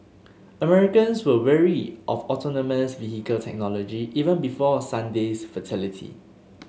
Americans were wary of autonomous vehicle technology even before Sunday's fatality